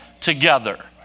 together